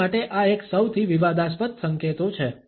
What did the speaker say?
મારા માટે આ એક સૌથી વિવાદાસ્પદ સંકેતો છે